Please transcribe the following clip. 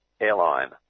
airline